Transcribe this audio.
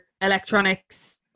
electronics